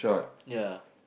ya